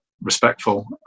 respectful